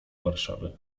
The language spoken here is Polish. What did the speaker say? warszawy